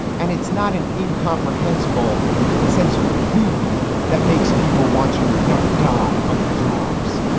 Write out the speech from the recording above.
and it's not an incomprehensible sense of greed that makes people want to not die on the jobs.